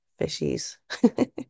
fishies